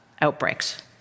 outbreaks